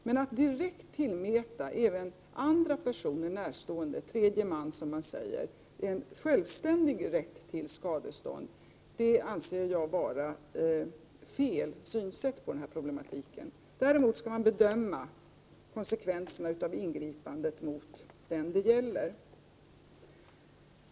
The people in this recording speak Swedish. Men att direkt tillmäta även andra personer, närstående, tredje man som man säger, en självständig rätt till skadestånd anser jag vara fel sätt att se på problematiken. Däremot skall man bedöma konsekvenserna av ingripandet mot den det gäller.